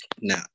Now